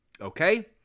Okay